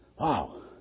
Wow